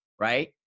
right